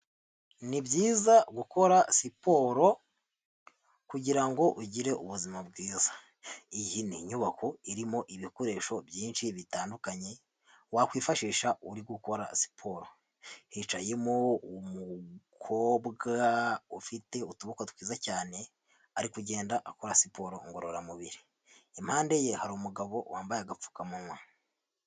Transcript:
Ni byiza gukora siporo kugira ngo ugire ubuzima bwiza. Iyi ni inyubako irimo ibikoresho byinshi bitandukanye wakwifashisha uri gukora siporo, hicayemo umukobwa ufite utuboko twiza cyane, ari kugenda akora siporo ngororamubiri, impande ye hari umugabo wambaye agapfukamunwa.